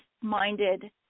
minded